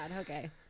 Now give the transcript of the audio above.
Okay